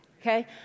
Okay